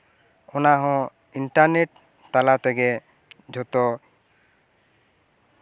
ᱚᱱᱟ ᱦᱚᱸ ᱤᱱᱴᱟᱨᱱᱮᱴ ᱛᱟᱞᱟ ᱛᱮᱜᱮ ᱡᱷᱚᱛᱚ